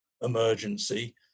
emergency